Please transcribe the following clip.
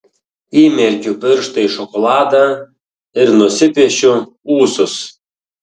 įmerkiu pirštą į šokoladą ir nusipiešiu ūsus